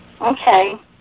Okay